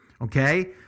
Okay